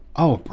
oh,